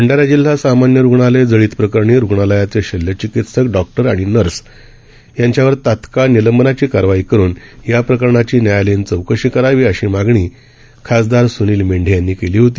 भंडारा जिल्हा सामान्य रुग्णालय जळीत प्रकरणी रूग्णालयाचे शल्य चिकित्सकडॉक्टर आणि नर्स यांनावर तात्काळ निलंबन करून या प्रकरणाची न्यायालयीन चौकशी करावी अशी मागणी खासदार सुनिल मेंढे यांनी केली होती